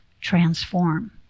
transform